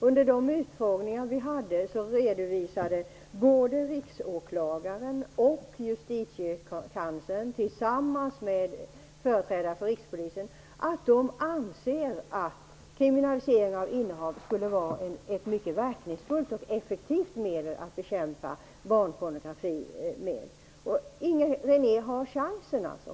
Under de utfrågningar som vi hade i utskottet redovisade riksåklagaren och justitiekanslern tillsammans med företrädare för Rikspolisen att de anser att kriminalisering av innehav skulle vara ett mycket verkningsfullt och effektivt medel för bekämpning av barnpornografi. Nu har Inger René chansen.